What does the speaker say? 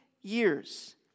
years